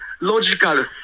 Logical